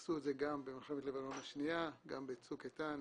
עשו את זה גם במלחמת לבנון השנייה, גם בצוק איתן.